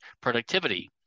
productivity